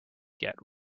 get